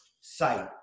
sight